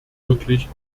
wirklich